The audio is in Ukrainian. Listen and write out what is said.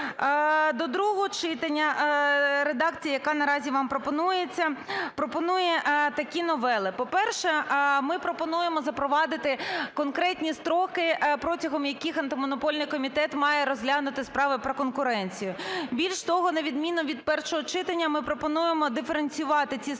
До другого читання редакція, яка наразі вам пропонується, пропонує такі новели. По-перше, ми пропонуємо запровадити конкретні строки, протягом яких Антимонопольний комітет має розглянути справи про конкуренцію. Більш того, на відміну від першого читання ми пропонуємо диференціювати ці строки